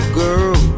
girl